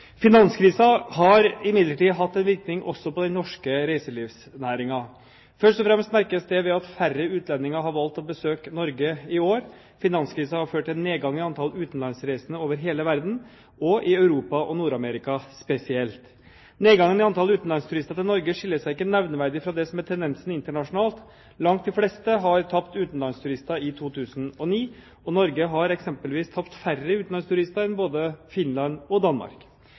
har imidlertid hatt en virkning også på den norske reiselivsnæringen. Først og fremst merkes det ved at færre utlendinger har valgt å besøke Norge i år. Finanskrisen har ført til nedgang i antallet utenlandsreisende over hele verden, og i Europa og Nord-Amerika spesielt. Nedgangen i antallet utenlandsturister til Norge skiller seg ikke nevneverdig fra det som er tendensen internasjonalt. Langt de fleste har tapt utenlandsturister i 2009, og Norge har eksempelvis tapt færre utenlandsturister enn både Finland og Danmark.